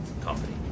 company